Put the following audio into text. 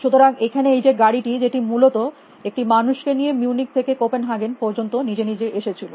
সুতরাং এখানে এই যে গাড়িটি যেটি মূলত একটি মানুষকে নিয়ে মিউনিক থেকে কোপেনহাগেন পর্যন্ত নিজে নিজে এসেছিল